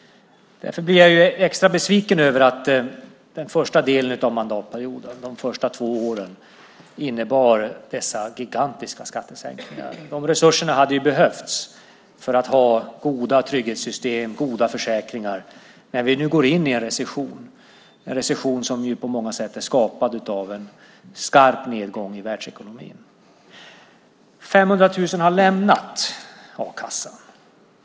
Jag blir därför extra besviken över den första delen av mandatperioden. De första två åren innebar dessa gigantiska skattesänkningar. De resurserna hade behövts för att ha goda trygghetssystem och försäkringar när vi nu går in i en recession. Det är en recession som på många sätt är skapad av en skarp nedgång i världsekonomin. Det är 500 000 som har lämnat a-kassan.